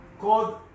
called